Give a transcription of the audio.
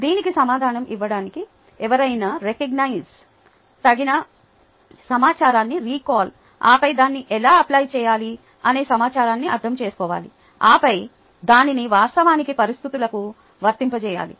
దీనికి సమాధానం ఇవ్వడానికి ఎవరైనా రెకోజ్ఞిసే తగిన సమాచారాన్ని రీకాల్ ఆపై దాన్ని ఎలా అప్లై చేయాలి అనే సమాచారాన్ని అర్థం చేసుకోవాలి ఆపై దానిని వాస్తవానికి పరిస్థితులకు వర్తింపజేయాలి